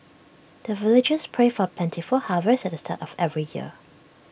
the villagers pray for plentiful harvest at the start of every year